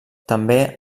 també